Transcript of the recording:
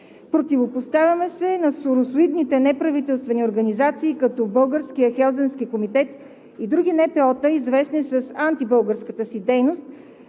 Противопоставяме се на соросоидните неправителствени организации като Българския хелзинкски комитет и други НПО-та, известни с антибългарската си дейност,